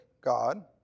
God